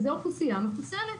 שהיא אוכלוסייה מחוסנת.